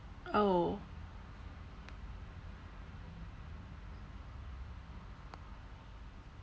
oh